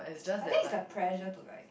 I think is the pressure to like